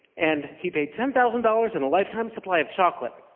and he paid ten thousand dollars and a lifetime supply of chocolate,